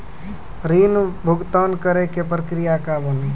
ऋण भुगतान करे के प्रक्रिया का बानी?